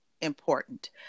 important